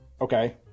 Okay